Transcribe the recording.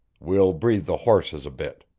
we'll breathe the horses a bit.